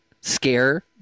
scare